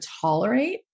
tolerate